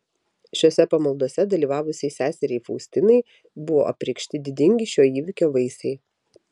šiose pamaldose dalyvavusiai seseriai faustinai buvo apreikšti didingi šio įvyko vaisiai